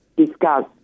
discuss